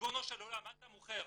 ריבונו של עולם, מה אתה מוכר?